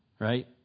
Right